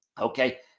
Okay